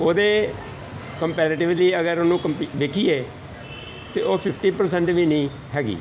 ਉਹਦੇ ਕੰਪੈਰਟਿਵਲੀ ਅਗਰ ਉਹਨੂੰ ਕੰਪੀ ਦੇਖੀਏ ਤਾਂ ਉਹ ਫਿਫਟੀ ਪ੍ਰਸੈਂਟ ਵੀ ਨਹੀਂ ਹੈਗੀ